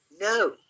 no